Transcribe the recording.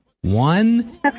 one